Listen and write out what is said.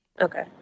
Okay